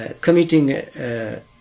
committing